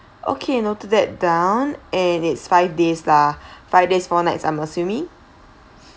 okay noted that down and it's five days lah five days four nights I'm assuming